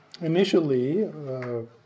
initially